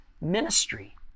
ministry